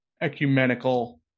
ecumenical